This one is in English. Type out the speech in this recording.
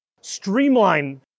streamline